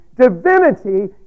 Divinity